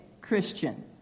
Christian